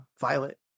Violet